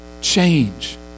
change